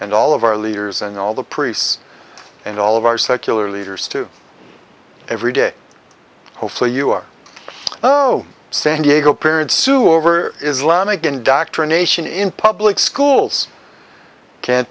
and all of our leaders and all the priests and all of our secular leaders to every day hopefully you are oh san diego parents sue over islamic indoctrination in public schools can